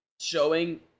showing